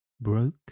broke